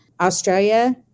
Australia